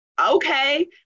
okay